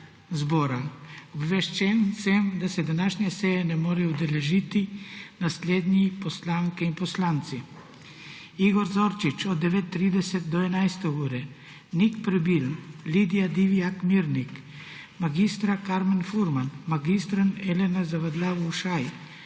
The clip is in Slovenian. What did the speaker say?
zbora. Obveščen sem, da se današnje seje ne morejo udeležiti naslednji poslanke in poslanci: Igor Zorčič od 9.30 do 11. ure, Nik Prebil, Lidija Divjak Mirnik, Karmen Furman, Elena Zavadlav Ušaj,